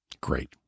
Great